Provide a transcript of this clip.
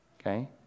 Okay